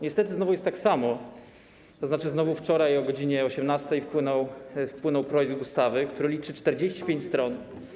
Niestety znowu jest tak samo, tzn. znowu wczoraj o godz. 18 wpłynął projekt ustawy, który liczy 45 stron.